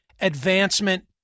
advancement